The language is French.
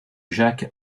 jacques